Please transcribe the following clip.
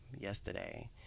Yesterday